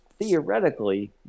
theoretically